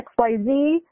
XYZ